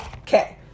Okay